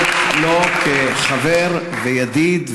(מחיאות כפיים) אני אומר זאת לא כחבר וידיד,